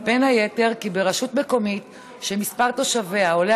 בין היתר כי ברשות מקומית שמספר תושביה עולה